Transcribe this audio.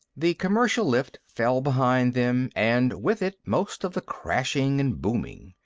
the commercial lift fell behind them, and with it most of the crashing and booming.